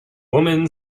woman